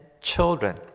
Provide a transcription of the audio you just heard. children